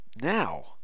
now